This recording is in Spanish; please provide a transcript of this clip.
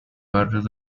barrios